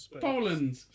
Poland